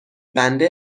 بنده